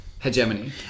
Hegemony